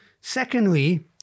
Secondly